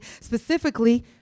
specifically